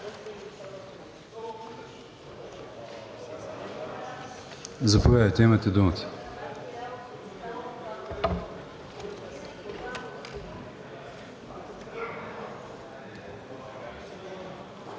заповядайте, имате думата.